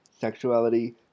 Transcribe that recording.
sexuality